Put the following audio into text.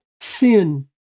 sin